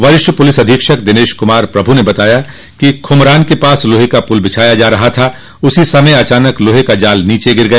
वरिष्ठ पुलिस अधीक्षक दिनेश कुमार प्रभू ने बताया कि खुमरान के पास लोहे का पुल बिछाया जा रहा था उसी समय अचानक लोहे का जाल नीचे गिर गया